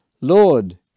Lord